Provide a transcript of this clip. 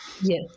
Yes